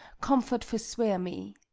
comfort forswear me!